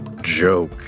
joke